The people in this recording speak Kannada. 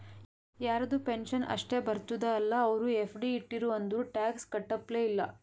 ಯಾರದು ಪೆನ್ಷನ್ ಅಷ್ಟೇ ಬರ್ತುದ ಅಲ್ಲಾ ಅವ್ರು ಎಫ್.ಡಿ ಇಟ್ಟಿರು ಅಂದುರ್ ಟ್ಯಾಕ್ಸ್ ಕಟ್ಟಪ್ಲೆ ಇಲ್ಲ